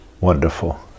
Wonderful